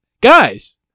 Guys